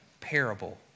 parable